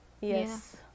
Yes